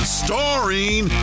starring